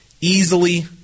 easily